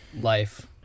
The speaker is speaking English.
life